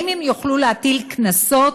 אם הם יוכלו להטיל קנסות